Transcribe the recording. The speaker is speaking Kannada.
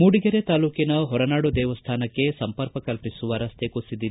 ಮೂಡಿಗೆರೆ ತಾಲೂಕಿನ ಹೊರನಾಡು ದೇವಸ್ಮಾನಕ್ಕೆ ಸಂಪರ್ಕ ಕಲ್ಪಿಸುವ ರಸ್ತೆ ಕುಸಿದಿದ್ದು